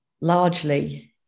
largely